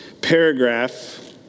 paragraph